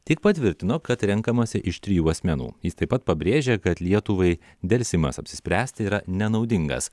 tik patvirtino kad renkamasi iš trijų asmenų jis taip pat pabrėžė kad lietuvai delsimas apsispręsti yra nenaudingas